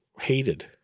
hated